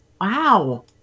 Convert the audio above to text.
wow